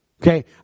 okay